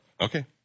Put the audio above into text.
Okay